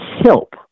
help